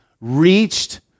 reached